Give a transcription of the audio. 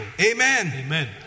Amen